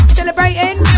Celebrating